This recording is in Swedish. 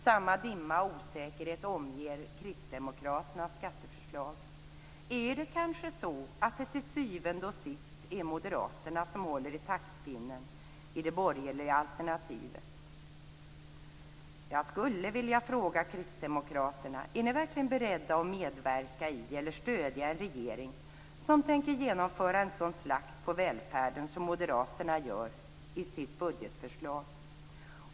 Samma dimma och osäkerhet omger kristdemokraternas skatteförslag. Är det kanske så att det till syvende och sist är Moderaterna som håller i taktpinnen i det borgerliga alternativet? Är ni verkligen beredda att medverka i eller stödja en regering som tänker genomföra en sådan slakt på välfärden som Moderaterna för fram i sitt budgetförslag?